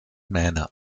mähne